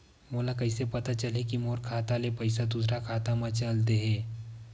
मोला कइसे पता चलही कि मोर खाता ले पईसा दूसरा खाता मा चल देहे?